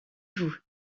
vous